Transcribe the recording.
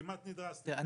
כמעט נדרסתי,